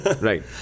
Right